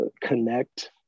connect